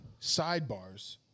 sidebars